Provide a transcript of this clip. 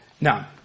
Now